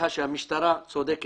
איזה שהוא פרויקט שהמשטרה תוקעת